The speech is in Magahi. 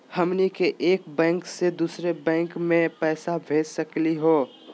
हमनी के एक बैंको स दुसरो बैंको महिना पैसवा भेज सकली का हो?